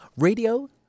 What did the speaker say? Radio